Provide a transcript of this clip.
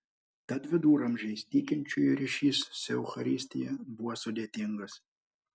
tad viduramžiais tikinčiųjų ryšys su eucharistija buvo sudėtingas